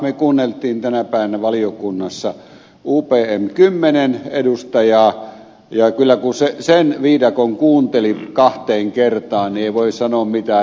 me kuuntelimme tänä päivänä valiokunnassa upm kymmenen edustajaa ja kun sen viidakon kuunteli kahteen kertaan niin ei voi kyllä sanoa mitään